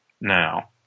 now